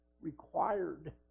required